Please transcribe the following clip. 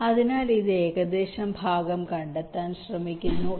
അതിനാൽ ഇത് ഏകദേശം ഭാഗം കണ്ടെത്താൻ ശ്രമിക്കുന്നു ഇത് ഗ്ലോബൽ റൂട്ടിംഗാണ്